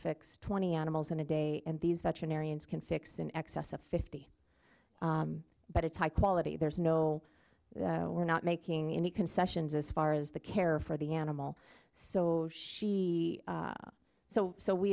fix twenty animals in a day and these veterinarians can fix in excess of fifty but it's high quality there is no we're not making any concessions as far as the care for the animal so she so so we